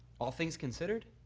all things considered